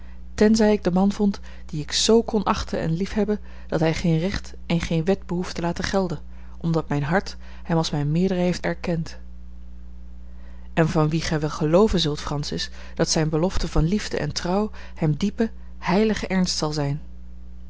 tenzij ik den man vond dien ik z kon achten en liefhebben dat hij geen recht en geen wet behoeft te laten gelden omdat mijn hart hem als mijn meerdere heeft erkend en van wien gij wel gelooven zult francis dat zijne belofte van liefde en trouw hem diepe heilige ernst zal zijn